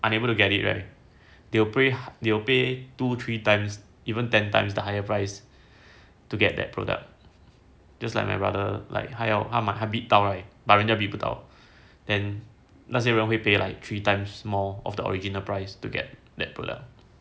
unable to get it right they'll they'll pay two three times even ten times the higher price to get that product just like my brother like 还要他买他 bid 到 right but 人家 bid 不到 then 那些人会 pay like three times more of the original price to get that product